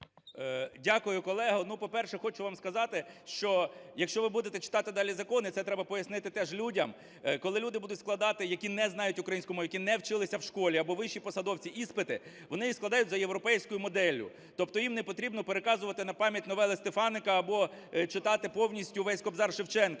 Дякую, колего. Ну, по-перше, хотів би вам сказати, що якщо ви будете читати далі закон, і це треба пояснити теж людям, коли люди будуть складати, які не знають українську мову, які не вчилися в школі, або вищі посадовці, іспити, вони їх складають за європейською моделлю. Тобто їм не потрібно переказувати на пам'ять новели Стефаника або читати повністю весь "Кобзар" Шевченка,